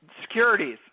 securities